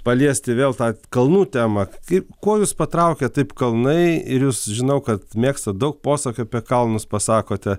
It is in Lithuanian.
paliesti vėl tą kalnų temą kaip kuo jus patraukė taip kalnai ir jūs žinau kad mėgstat daug posakių apie kalnus pasakote